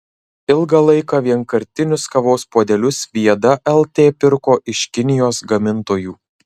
ilgą laiką vienkartinius kavos puodelius viada lt pirko iš kinijos gamintojų